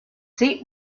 seat